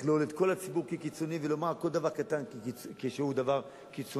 לכלול את כל הציבור כקיצוני ולומר על כל דבר קטן שהוא דבר קיצוני,